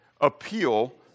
Appeal